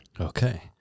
Okay